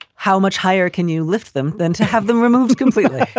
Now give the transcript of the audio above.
how much higher can you lift them than to have them removed completely?